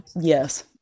Yes